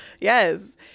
Yes